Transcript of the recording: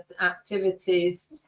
activities